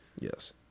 Yes